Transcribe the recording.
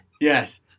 Yes